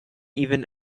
even